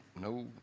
no